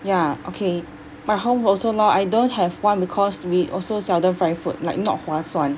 ya okay my home also lor I don't have one because we also seldom fry food like not 划算